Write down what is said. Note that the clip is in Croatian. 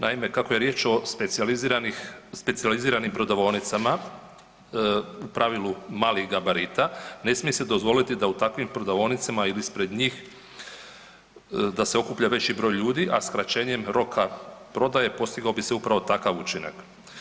Naime, kako je riječ o specijaliziranim prodavaonicama, u pravilu malih gabarita, ne smije se dozvoliti da u takvim prodavaonicama ili ispred njih, da se okuplja veliki broj ljudi, a skraćenjem roka prodaje postigao bi se upravo takav učinak.